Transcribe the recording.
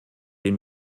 den